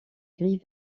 gris